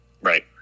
Right